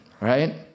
right